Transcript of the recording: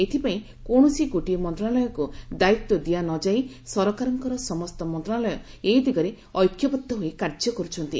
ଏଥିପାଇଁ କୌଣସି ଗୋଟିଏ ମନ୍ତ୍ରଣାଳୟକୁ ଦାୟିତ୍ୱ ଦିଆନଯାଇ ସରକାରଙ୍କର ସମସ୍ତ ମନ୍ତ୍ରଣାଳୟ ଏ ଦିଗରେ ଐକ୍ୟବଦ୍ଧ ହୋଇ କାର୍ଯ୍ୟ କର୍ଚ୍ଚନ୍ତି